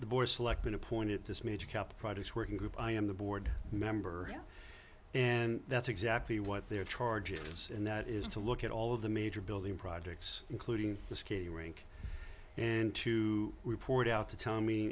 the board select been appointed to me project's working group i am the board member and that's exactly what they're charges and that is to look at all of the major building projects including the skating rink and to report out to t